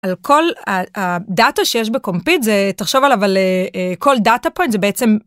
על כל הדאטה שיש בקומפיד זה תחשוב על אבל כל דאטה פוינט זה בעצם.